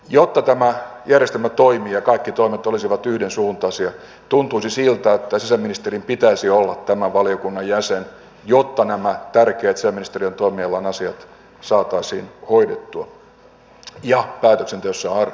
jotta tämä järjestelmä toimii ja kaikki toimet olisivat yhdensuuntaisia tuntuisi siltä että sisäministerin pitäisi olla tämän valiokunnan jäsen jotta nämä tärkeät sisäministeriön toimialan asiat saataisiin hoidettua ja päätöksenteossa arvioitua